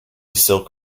silk